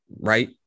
right